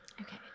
Okay